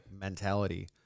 mentality